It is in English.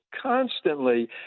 constantly